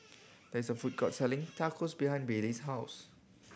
there is a food court selling Tacos behind Bailey's house